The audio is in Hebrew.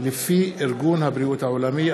לפי ארגון הבריאות העולמי.